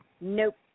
Nope